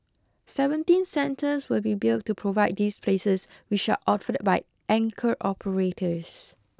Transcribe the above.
seventeen centres will be built to provide these places which are offered by anchor operators